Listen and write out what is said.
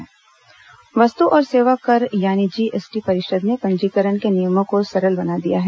GST बैठक वस्तु और सेवा कर यानी जीएसटी परिषद ने पंजीकरण के नियमों को सरल बना दिया है